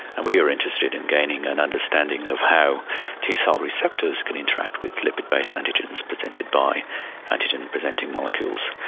and we're interested in gaining an understanding of how t-cell receptors can interact with lipid-based antigens, presented by antigen preventing molecules.